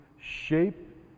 shape